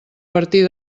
partir